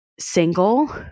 single